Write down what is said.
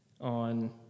On